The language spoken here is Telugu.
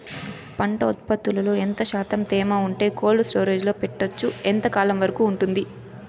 పంట ఉత్పత్తులలో ఎంత శాతం తేమ ఉంటే కోల్డ్ స్టోరేజ్ లో పెట్టొచ్చు? ఎంతకాలం వరకు ఉంటుంది